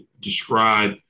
describe